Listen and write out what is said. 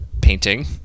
painting